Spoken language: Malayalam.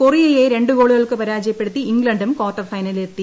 കൊറിയയെ രണ്ടു ഗോളുകൾക്ക് പരാജയപ്പെടുത്തി ഇംഗ്ലണ്ടും കാർട്ടർ ഫൈനലിലെത്തി